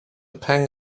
pang